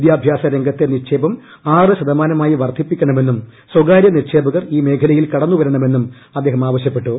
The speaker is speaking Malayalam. വിദ്യാഭ്യാസ രംഗത്തെ നിക്ഷേപം ആറ് ശതമാനമായി വർദ്ധിപ്പിക്കണമെന്നും സ്വകാര്യ നിക്ഷേപകർ ഈ മേഖലയിൽ കടന്നുവരണമെന്നും അദ്ദേഹം ആവശ്യപ്പെട്ടു